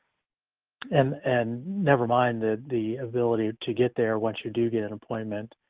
and and never mind that the ability to get there once you do get an appointment,